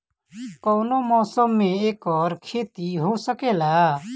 कवनो मौसम में एकर खेती हो सकेला